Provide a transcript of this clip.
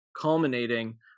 culminating